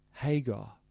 Hagar